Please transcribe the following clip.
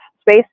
space